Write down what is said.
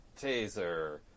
taser